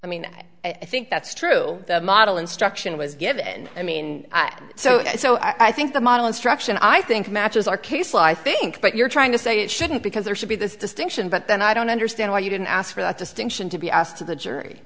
i mean i think that's true the model instruction was given i mean so so i think the model instruction i think matches our case life think but you're trying to say it shouldn't because there should be this distinction but then i don't understand why you didn't ask for that distinction to be asked to